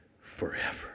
Forever